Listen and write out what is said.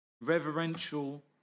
Reverential